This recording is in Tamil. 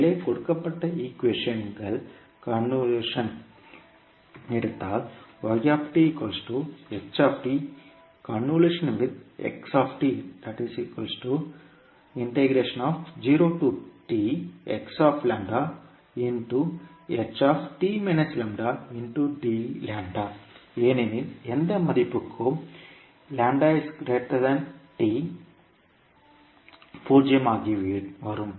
மேலே கொடுக்கப்பட்ட ஈக்குவேஷன் கன்வொல்யூஷன் எடுத்தால் ஏனெனில் எந்த மதிப்புக்கும் 0 ஆகவரும்